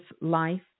life